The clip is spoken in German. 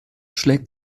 schlägt